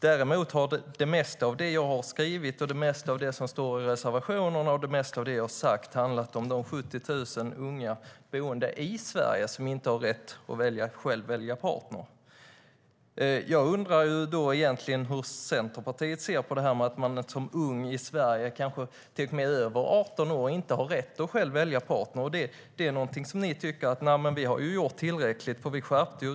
Däremot har det mesta av det jag har skrivit, det mesta av det som står i reservationerna och det mesta av det jag har sagt handlat om de 70 000 unga boende i Sverige som inte har rätt att själva välja partner. Jag undrar hur Centerpartiet ser på att en ung i Sverige, som till och med kan vara över 18 år, inte har rätt att själv välja partner. Ni tycker att tillräckligt har gjorts eftersom reglerna har skärpts.